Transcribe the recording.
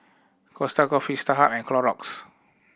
Costa Coffee Starhub and Clorox